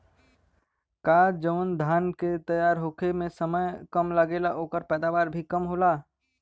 का जवन धान के तैयार होखे में समय कम लागेला ओकर पैदवार भी कम होला?